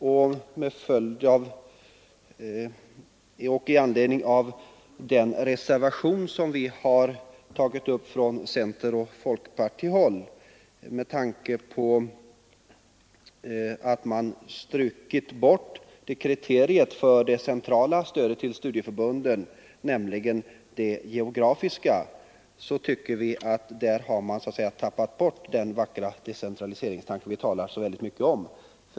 Vi har från centeroch folkpartihåll fogat en reservation till utskottets betänkande rörande den saken, och med tanke på att man strukit bort ett av kriterierna för det centrala stödet till studieförbunden, nämligen det geografiska, tycker vi att man där har tappat bort den decentralisering som det ofta talas så vackert om.